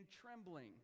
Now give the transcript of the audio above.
trembling